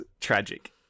tragic